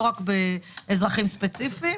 לא רק באזרחים ספציפיים.